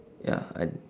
ya I